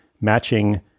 matching